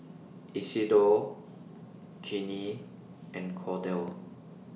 Isidore Jeannine and Cordell